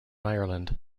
ireland